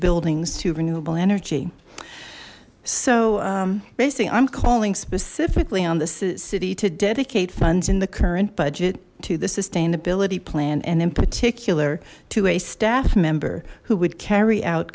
buildings to renewable energy so basically i'm calling specifically on the city to dedicate funds in the current budget to the sustainability plan and in particular to a staff member who would carry out